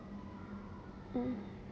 mm